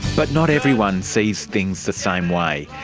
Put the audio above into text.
but not everyone sees things the same way.